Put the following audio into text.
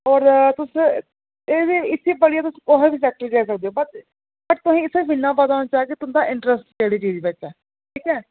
और तुस एह्दे इस्सी पढ़ियै तुस कुसै बी सैक्टर बिच जाई सकदे ओ बस बट तुसें सिर्फ इन्ना पता होना चाहिदा कि तुं'दा इंटरैस्ट केह्ड़ी चीज बिच ऐ ठीक ऐ